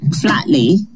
flatly